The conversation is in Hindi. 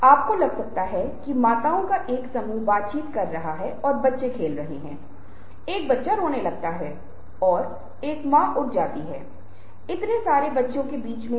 लेकिन शोध से पता चलता है कि हम वास्तव में बहुत ख़राब मल्टीटास्कर हैं अब ऐसा करने से हमारी क्षमता कम होती है यह बहुत से शोध बताते हैं